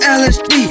lsd